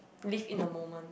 live in a moment